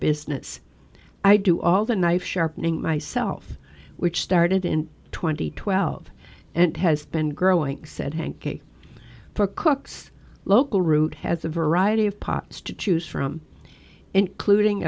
business i do all the knife sharpening myself which started in twenty twelve and has been growing said hank for cooks local root has a variety of pots to choose from including